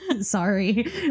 Sorry